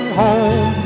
home